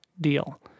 deal